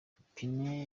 ipine